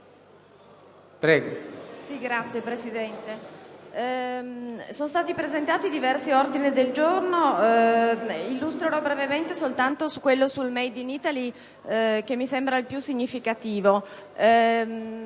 sono stati presentati diversi ordini del giorno. Illustrerò brevemente soltanto quello relativo al *made in Italy* che mi sembra il più significativo;